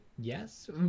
yes